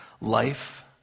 life